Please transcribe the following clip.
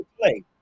Play